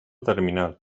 terminal